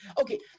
Okay